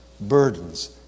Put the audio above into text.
burdens